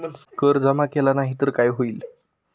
कर जमा केला नाही तर काय होईल?